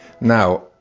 Now